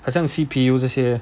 好像 C_P_U 这些